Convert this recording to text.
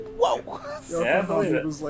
whoa